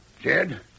Jed